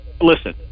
listen